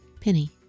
Penny